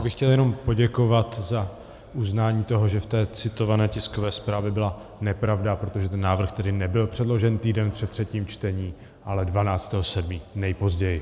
Já bych chtěl jenom poděkovat za uznání toho, že v té citované tiskové zprávě byla nepravda, protože ten návrh tedy nebyl předložen týden před třetím čtením, ale 12. 7. nejpozději.